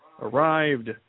arrived